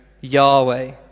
Yahweh